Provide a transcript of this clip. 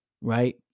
right